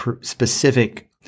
specific